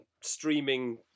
streaming